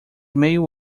meio